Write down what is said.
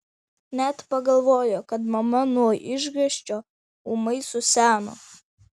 net pagalvojo kad mama nuo išgąsčio ūmai suseno